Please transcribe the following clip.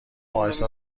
اهسته